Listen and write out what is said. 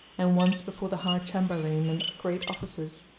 and once before the high chamberlain and great officers,